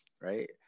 right